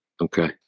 Okay